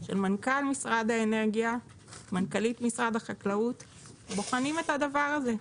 של מנכ"ל משרד האנרגיה ומנכ"לית משרד החקלאות והם בוחנים את הדבר הזה.